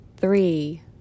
three